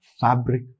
fabric